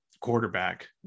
quarterback